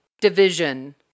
division